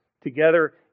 together